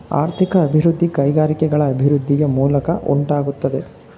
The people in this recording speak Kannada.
ಆರ್ಥಿಕ ಅಭಿವೃದ್ಧಿ ಕೈಗಾರಿಕೆಗಳ ಅಭಿವೃದ್ಧಿಯ ಮೂಲಕ ಉಂಟಾಗುತ್ತದೆ